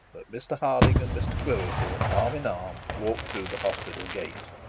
that mr harding and mr quiverful, arm in arm, walked through the hospital gate.